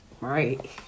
Right